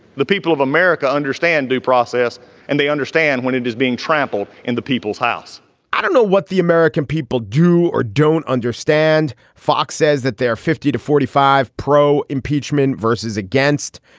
the people of america understand due process and they understand when it is being trampled in the people's house i don't know what the american people do or don't understand. fox says that there are fifty to forty five pro impeachment verses against.